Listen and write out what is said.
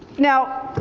now,